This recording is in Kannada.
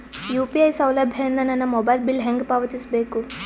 ಯು.ಪಿ.ಐ ಸೌಲಭ್ಯ ಇಂದ ನನ್ನ ಮೊಬೈಲ್ ಬಿಲ್ ಹೆಂಗ್ ಪಾವತಿಸ ಬೇಕು?